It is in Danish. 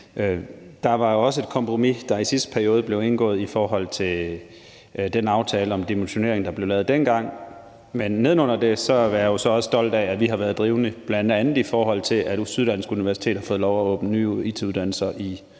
Der blev jo også i sidste periode indgået et kompromis i forhold til den aftale om dimensionering, der blev lavet dengang, men neden under det er jeg jo også stolt af, at vi har været drivende, bl.a. i forhold til at Syddansk Universitet har fået lov at åbne nye it-uddannelser i